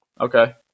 Okay